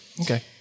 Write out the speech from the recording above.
Okay